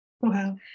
Wow